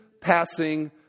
passing